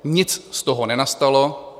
Nic z toho nenastalo.